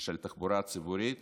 של התחבורה הציבורית